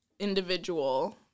individual